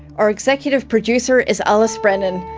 our executive producer is alice brennan.